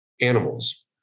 animals